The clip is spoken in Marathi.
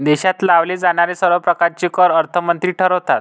देशात लावले जाणारे सर्व प्रकारचे कर अर्थमंत्री ठरवतात